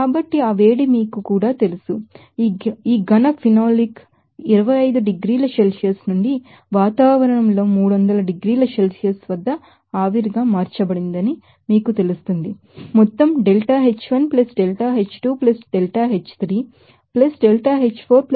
కాబట్టి ఆ వేడి మీకు కూడా తెలుసు ఈ సాలిడ్ ఫినోలిక్ 25 డిగ్రీల సెల్సియస్ నుండి వాతావరణంలో 300 డిగ్రీల సెల్సియస్ వద్ద ఆవిరిగా మార్చబడిందని మీకు తెలుసు మొత్తం ΔH1 ΔH2 ΔH3 ΔH4 ΔH5 ΔH6